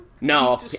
No